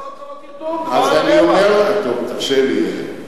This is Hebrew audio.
תרשה לי.